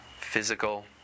physical